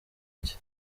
cye